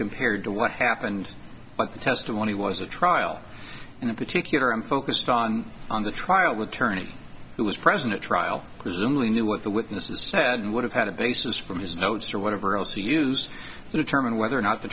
compared to what happened but the testimony was a trial and in particular i'm focused on on the trial attorney who was present at trial because only knew what the witnesses said would have had a basis from his notes or whatever else you use the term and whether or not the